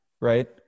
right